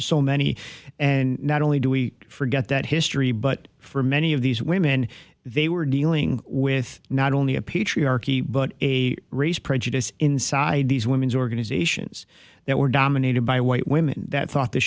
so many and not only do we forget that history but for many of these women they were dealing with not only a patriarchy but a race prejudice inside these women's organizations that were dominated by white women that thought th